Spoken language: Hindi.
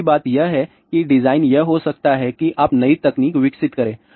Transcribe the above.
दूसरी बात यह है कि डिजाइन यह हो सकता है कि आप नई तकनीक विकसित करें